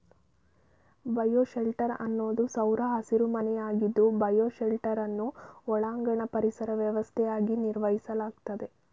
bioshelter ಅನ್ನೋದು ಸೌರ ಹಸಿರುಮನೆಯಾಗಿದ್ದು ಬಯೋಶೆಲ್ಟರನ್ನು ಒಳಾಂಗಣ ಪರಿಸರ ವ್ಯವಸ್ಥೆಯಾಗಿ ನಿರ್ವಹಿಸಲಾಗ್ತದೆ